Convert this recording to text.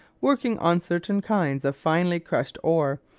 working on certain kinds of finely crushed ore,